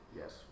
yes